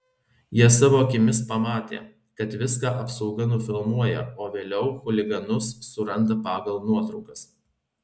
jie savo akimis pamatė kad viską apsauga nufilmuoja o vėliau chuliganus suranda pagal nuotraukas